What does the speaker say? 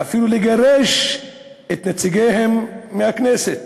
ואפילו לגרש את נציגיהם מהכנסת.